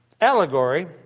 allegory